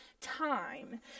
time